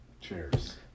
Cheers